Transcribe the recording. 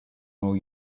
all